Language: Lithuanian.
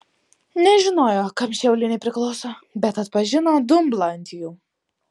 nežinojo kam šie auliniai priklauso bet atpažino dumblą ant jų